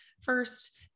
first